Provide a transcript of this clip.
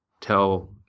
tell